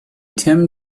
tim